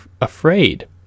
afraid